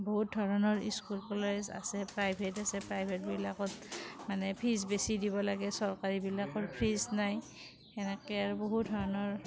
বহুত ধৰণৰ school college আছে প্ৰাইভেট আছে প্ৰাইভেট বিলাকত মানে ফিজ বেছি দিব লাগে চৰকাৰীবিলাকৰ ফিজ নাই সেনেকে আৰু বহু ধৰণৰ